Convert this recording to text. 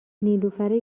نیلوفر